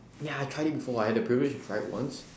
ya I tried it before I had the privilege to try it once